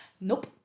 Nope